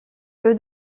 peu